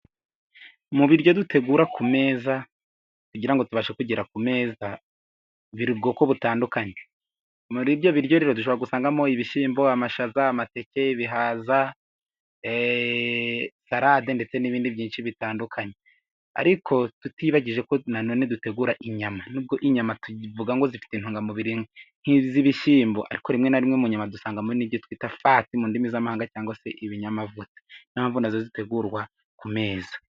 Mu biryo dutegura ku meza kugira ngo tubashe kugera ku meza, biri ubwoko butandukanye muri ibyo biryo rero dushobora gusangamo ibishyimbo, amashaza, amateke, bihaza, sarade ndetse n'ibindi byinshi bitandukanye, ariko tutiyibagije ko nanone dutegura inyama nubwo inyama tuvuga ngo zifite intungamubiri nk'iz'ibishyimbo, ariko rimwe na rimwe mu nyama dusangamo n'ibyo bita fati mu ndimi z'amahanga, cyangwa se ibinyamavuta ni yo mpamvu na zo zitegurwa ku meza.